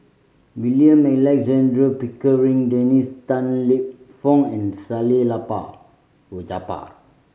William Alexander Pickering Dennis Tan Lip Fong and Salleh Japar